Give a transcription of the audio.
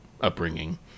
upbringing